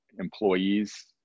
employees